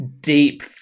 deep